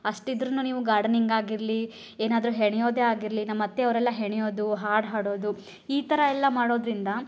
ಅಷ್ಟಿದ್ದರೂ ನೀವು ಗಾರ್ಡನಿಂಗ್ ಆಗಿರಲಿ ಏನಾದರೂ ಹೆಣೆಯೋದೇ ಆಗಿರಲಿ ನಮ್ಮತ್ತೆ ಅವ್ರು ಎಲ್ಲ ಹೆಣೆಯೋದು ಹಾಡು ಹಾಡೋದು ಈ ಥರ ಎಲ್ಲ ಮಾಡೋದರಿಂದ